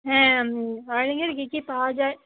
হ্যাঁ আমি কী কী পাওয়া যায়